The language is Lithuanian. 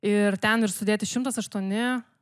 ir ten ir sudėti šimtas aštuoni